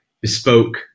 Bespoke